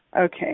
Okay